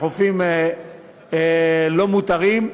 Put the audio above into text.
לחופים לא מותרים,